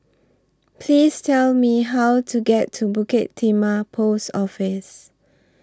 Please Tell Me How to get to Bukit Timah Post Office